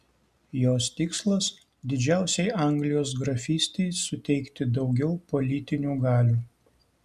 jos tikslas didžiausiai anglijos grafystei suteikti daugiau politinių galių